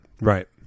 Right